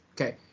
okay